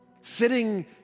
sitting